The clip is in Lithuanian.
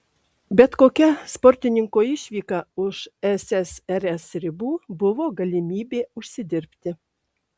bet kokia sportininko išvyka už ssrs ribų buvo galimybė užsidirbti